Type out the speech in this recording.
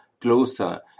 closer